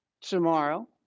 tomorrow